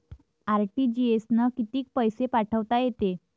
RTGS न कितीक पैसे पाठवता येते?